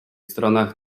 stronach